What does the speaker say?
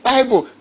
Bible